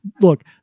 Look